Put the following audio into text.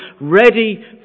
ready